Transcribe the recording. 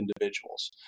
individuals